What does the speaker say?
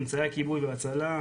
אמצעי הכיבוי להצלה,